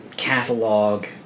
Catalog